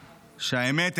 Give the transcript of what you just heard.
שהאמת,